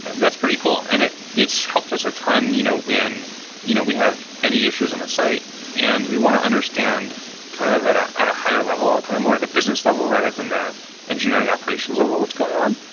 and that's pretty cool, and it's helped us a ton you know when you know we have any issues on the side and we want to understand kind of at ah at a higher level, kind of more of the business level rather than the engineering operations level of what's going on.